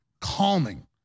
calming